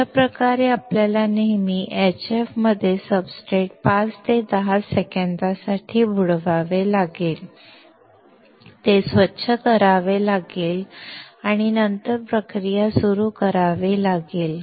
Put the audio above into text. अशा प्रकारे आपल्याला नेहमी HF मध्ये सब्सट्रेट 5 ते 10 सेकंदांसाठी बुडवावे लागेल ते स्वच्छ करावे लागेल आणि नंतर प्रक्रिया सुरू करावी लागेल